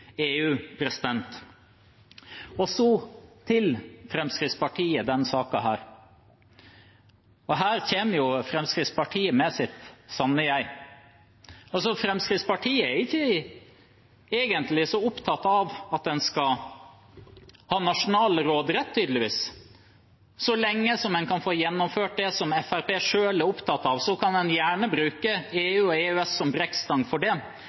Så til Fremskrittspartiet i denne saken: Her viser jo Fremskrittspartiet sitt sanne jeg. Fremskrittspartiet er tydeligvis ikke så opptatt av at man skal ha nasjonal råderett. Så lenge man kan få gjennomført det som Fremskrittspartiet selv er opptatt av, kan man gjerne bruke EU og EØS som brekkstang for det.